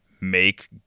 make